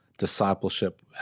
discipleship